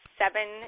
seven